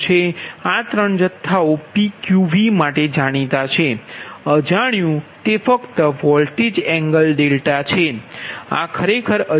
આ 3 જથ્થાઓ PQV માટે જાણીતી છે અજાણ્યુ ફક્ત તે વોલ્ટેજ એંગલ ડેલ્ટા છે આ ખરેખર અજાણ્યુ છે